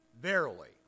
verily